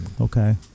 Okay